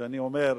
שאני אומר: